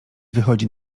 wychodzi